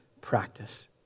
practice